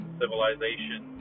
civilization